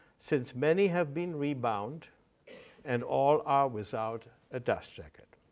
since many have been rebound and all are without a dust jacket.